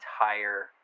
entire